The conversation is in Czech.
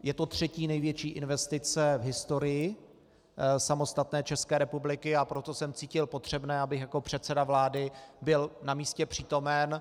Je to třetí největší investice v historii samostatné České republiky, a proto jsem cítil potřebné, abych jako předseda vlády byl na místě přítomen.